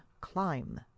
climb